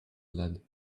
lead